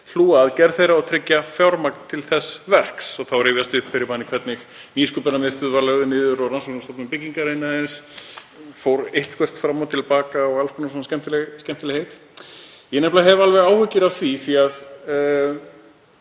hlúa að gerð þeirra og tryggja fjármagn til þess verks.“ Þá rifjast upp fyrir manni hvernig Nýsköpunarmiðstöðin var lögð niður og Rannsóknastofnun byggingariðnaðarins fór eitthvert fram og til baka og alls konar skemmtilegheit. Ég hef nefnilega alveg áhyggjur af því, vegna